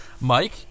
Mike